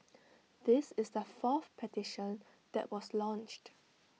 this is the fourth petition that was launched